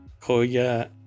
Koya